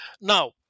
Now